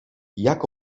jak